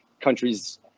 countries